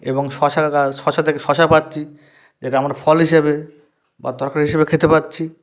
এবং শশার গাছ শশা থেকে শশা পাচ্ছি যেটা আমার ফল হিসাবে বা তরকারি হিসেবে খেতে পারছি